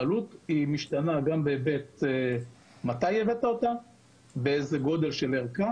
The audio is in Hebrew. העלות משתנה גם לפי מתי ייבאו את הערכה ומה גודל הערכה.